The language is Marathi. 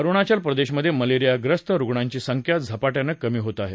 अरुणाचल प्रदेशमधे मलेरियाग्रस्त रुग्णांची संख्या झपाटयानं कमी होत आहे